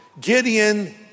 Gideon